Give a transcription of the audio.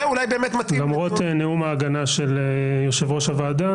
זה אולי באמת מתאים --- למרות נאום ההגנה של יושב-ראש הוועדה,